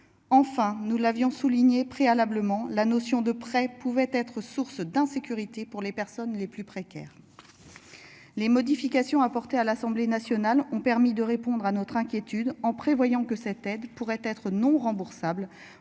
Enfin, nous l'avions souligné préalablement, la notion de près pouvait être source d'insécurité pour les personnes les plus précaires. Les modifications apportées à l'Assemblée nationale ont permis de répondre à notre inquiétude en prévoyant que cette aide pourrait être non remboursable